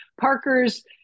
Parker's